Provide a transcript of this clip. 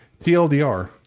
TLDR